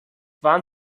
waren